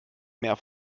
mehr